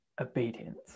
obedience